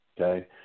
okay